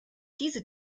diese